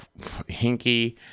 hinky